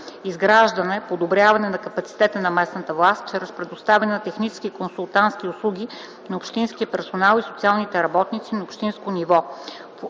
изграждане (подобряване) на капацитета на местната власт чрез предоставяне на технически консултантски услуги на общинския персонал и социалните работници на общинско ниво